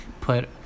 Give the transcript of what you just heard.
put